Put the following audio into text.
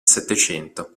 settecento